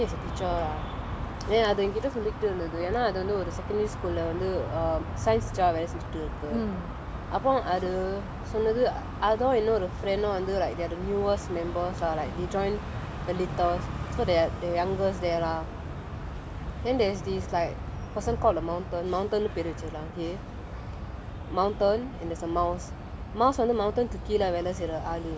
என்னோட:ennoda friend ஒருத்தி வந்து:oruthi vanthu like okay sachiche lah ஏன் அது என் கிட்ட சொல்லிட்டு இருந்துது ஏன்னா அது வந்து ஒரு:ean athu en kitta sollittu irunthuthu eanna athu vanthu oru secondary school lah வந்து:vanthu err science ah வேல செஞ்சிகிட்டு இருக்கு அப்ப அது சொன்னுது அதும் இன்னொரு:vela senjikittu irukku appa athu sonnuthu athum innoru friend டும் வந்து:tum vanthu like they are the newest members lah like they joined the latest they are the youngest there lah then there's this like person call the mountain mountain னு பேர் வச்ச:nu per vacha lahi and there's a miles